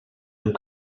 amb